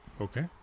okay